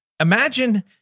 Imagine